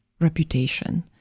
reputation